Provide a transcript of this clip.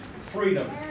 Freedom